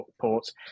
ports